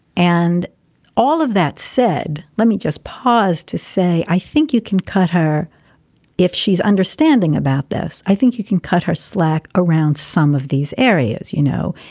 and all of that said, let me just pause to say, i think you can cut her if she's understanding about this. i think you can cut her slack around some of these areas. you know,